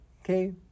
okay